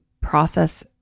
process